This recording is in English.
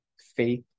faith